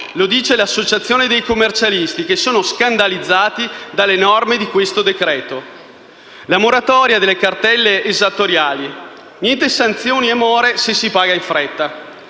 lo dice l'associazione dei commercialisti, che sono scandalizzati dalle norme di questo decreto. La moratoria delle cartelle esattoriali: niente sanzioni e more se si paga in fretta.